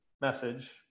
message